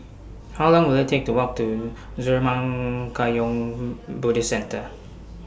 How Long Will IT Take to Walk to Zurmang Kagyud Buddhist Centre